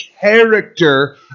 character